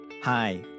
Hi